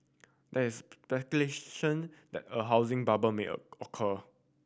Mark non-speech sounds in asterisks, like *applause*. there is speculation that a housing bubble may *unintelligible* occur